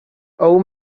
old